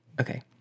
Okay